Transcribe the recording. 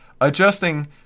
adjusting